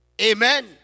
amen